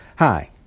Hi